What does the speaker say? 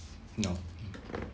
no